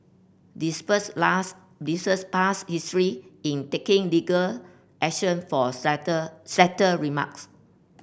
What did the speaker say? despites last past history in taking legal action for slighter remarks